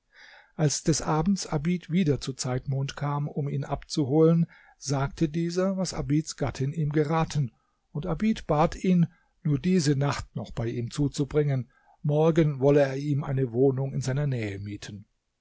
als des abends abid wieder zu zeitmond kam um ihn abzuholen sagte dieser was abids gattin ihm geraten und abid bat ihn nur diese nacht noch bei ihm zuzubringen morgen wolle er ihm eine wohnung in seiner nähe mieten